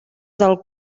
del